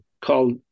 called